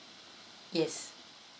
yes